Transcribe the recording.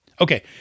Okay